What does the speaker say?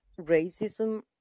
racism